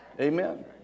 Amen